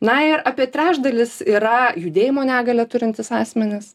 na ir apie trečdalis yra judėjimo negalią turintys asmenys